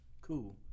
Cool